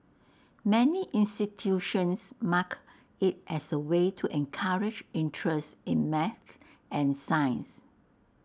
many institutions mark IT as A way to encourage interest in math and science